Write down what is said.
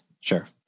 sure